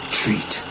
treat